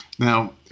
Now